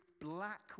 black